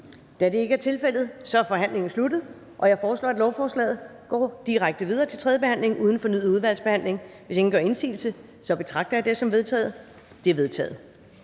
Da det ikke er tilfældet, er forhandlingen sluttet. Jeg foreslår, at lovforslaget går direkte til tredje behandling uden fornyet udvalgsbehandling. Hvis ingen gør indsigelse, betragter jeg det som vedtaget. Det er vedtaget.